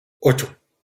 ocho